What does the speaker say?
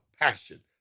passion